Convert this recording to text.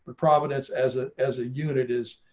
but providence as a as a unit is